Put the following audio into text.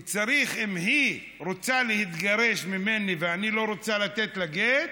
אם היא רוצה להתגרש ממני ואני לא רוצה לתת לה גט,